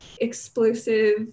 explosive